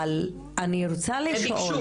אבל אני רוצה לשאול,